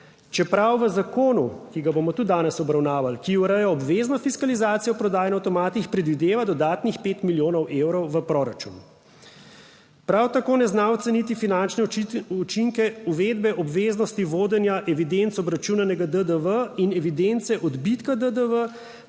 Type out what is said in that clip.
čeprav v zakonu, ki ga bomo tudi danes obravnavali, ki ureja obvezno fiskalizacijo prodaje na avtomatih, predvideva dodatnih pet milijonov evrov v proračun. Prav tako ne zna oceniti finančne učinke uvedbe obveznosti vodenja evidenc obračunanega DDV in evidence odbitka DDV